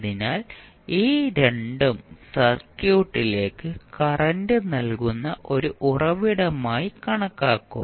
അതിനാൽ ഈ രണ്ടും സർക്യൂട്ടിലേക്ക് കറന്റ് നൽകുന്ന ഒരു ഉറവിടമായി കണക്കാക്കും